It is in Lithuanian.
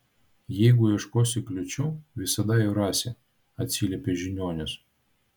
jeigu ieškosi kliūčių visada jų rasi atsiliepė žiniuonis